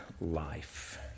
life